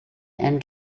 and